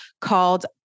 called